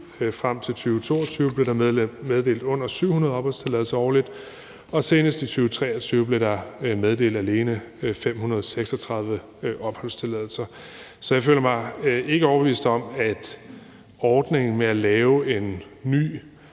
frem til 2022 blev der meddelt under 700 opholdstilladelser årligt, og senest i 2023 blev der meddelt 536 opholdstilladelser. Så jeg føler mig ikke overbevist om, at ordningen med at lave en ny